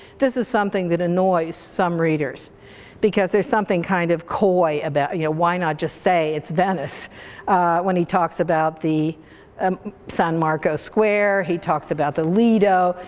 this is something that annoys some readers because there's something kind of coy about, you know why not just say it's venice when he talks about the um san marcos square, he talks about the lido,